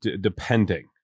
depending